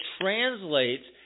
translates